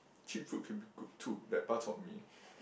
actually food could be good too that bar chor mee